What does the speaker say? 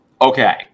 okay